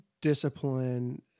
discipline